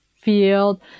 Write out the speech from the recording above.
field